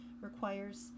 requires